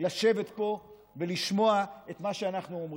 לשבת פה ולשמוע את מה שאנחנו אומרים: